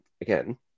again